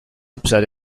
upset